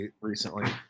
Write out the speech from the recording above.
recently